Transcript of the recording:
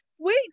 Wait